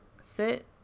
sit